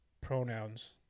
pronouns